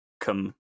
come